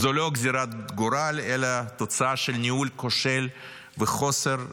זו לא גזרת גורל אלא תוצאה של ניהול כושל וחוסר מדיניות,